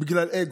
בגלל אגו.